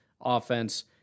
offense